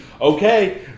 okay